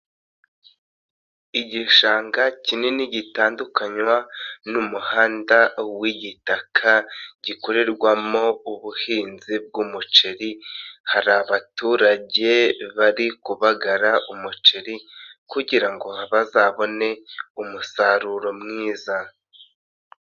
Igishanga kinini gitandukanywa n'umuhanda w'igitaka, gikorerwamo ubuhinzi bw'umuceri, hari abaturage bari kubagara umuceri kugira ngo bazabone umusaruro mwiza.